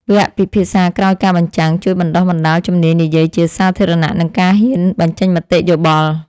វគ្គពិភាក្សាក្រោយការបញ្ចាំង ជួយបណ្ដុះបណ្ដាលជំនាញនិយាយជាសាធារណៈ និងការហ៊ានបញ្ចេញមតិយោបល់។